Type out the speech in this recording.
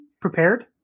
prepared